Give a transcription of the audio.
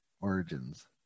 Origins